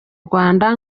rwanda